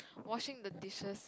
washing the dishes